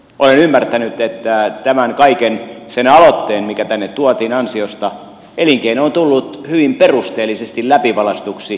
olen ymmärtänyt että tämän kaiken sen aloitteen mikä tänne tuotiin ansiosta elinkeino on tullut hyvin perusteellisesti läpivalaistuksi